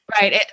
Right